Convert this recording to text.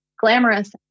glamorous